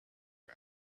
are